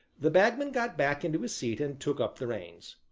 the bagman got back into his seat and took up the reins.